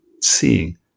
seeing